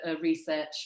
research